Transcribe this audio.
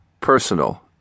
personal